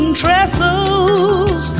trestles